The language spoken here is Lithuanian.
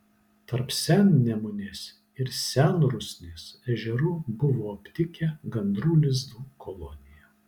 tarp sennemunės ir senrusnės ežerų buvo aptikę gandrų lizdų koloniją